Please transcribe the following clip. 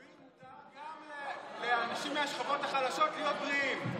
לפעמים מותר גם לאנשים מהשכבות החלשות להיות בריאים.